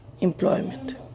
employment